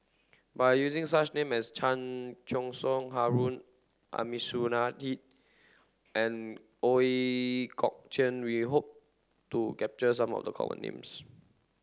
by using such names as Chan Choy Siong Harun Aminurrashid and Ooi Kok Chuen we hope to capture some of the common names